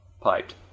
Piped